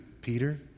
Peter